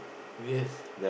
yes